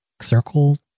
Circle